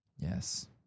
Yes